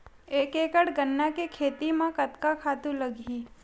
एक एकड़ गन्ना के खेती म कतका खातु लगही?